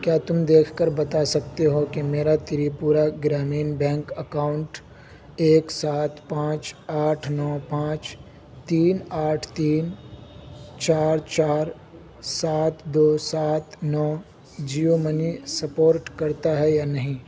کیا تم دیکھ کر بتا سکتے ہو کہ میرا تریپورہ گرامین بینک اکاؤنٹ ایک سات پانچ آٹھ نو پانچ تین آٹھ تین چار چار سات دو سات نو جیو منی سپورٹ کرتا ہے یا نہیں